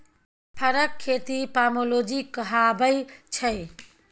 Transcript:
फरक खेती पामोलोजी कहाबै छै